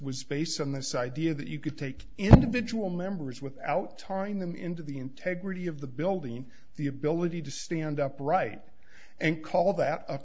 was based on this idea that you could take individual members without turning them into the integrity of the building the ability to stand up right and call that a